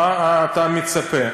למה אתה מצפה?